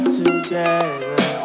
together